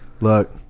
look